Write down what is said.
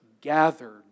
gathered